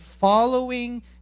following